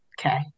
Okay